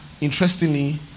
Interestingly